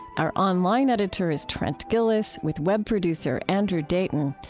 our online editor is trent gilliss, with web producer andrew dayton.